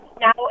now